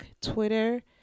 Twitter